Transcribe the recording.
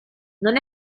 non